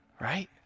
Right